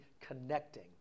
connecting